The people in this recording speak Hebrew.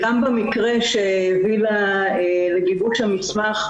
גם במקרה שהביא לגיבוש המסמך,